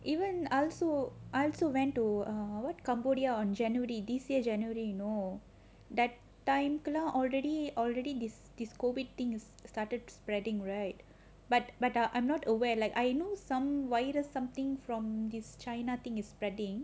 even I also I also went to err what cambodia on january this year january you know that time already already this this COVID thing started spreading right but but ah I'm not aware like I know some virus something from this china thing is spreading